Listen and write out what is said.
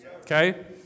Okay